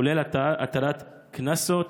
כולל הטלת קנסות